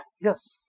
yes